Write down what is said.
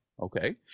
Okay